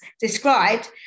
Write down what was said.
described